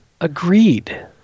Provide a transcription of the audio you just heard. Agreed